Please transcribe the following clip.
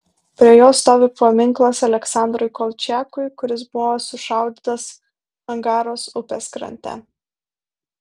prie jo stovi paminklas aleksandrui kolčiakui kuris buvo sušaudytas angaros upės krante